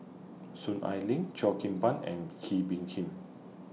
Soon Ai Ling Cheo Kim Ban and Kee Bee Khim